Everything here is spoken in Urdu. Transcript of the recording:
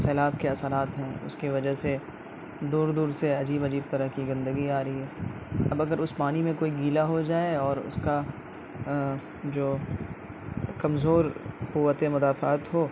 سیلاب کے اثرات ہیں اس کی وجہ سے دور دور سے عجیب عجیب طرح کی گندگی آ رہی ہے اب اگر اس پانی میں کوئی گیلا ہو جائے اور اس کا جو کمزور قوت مدافعت ہو